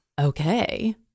Okay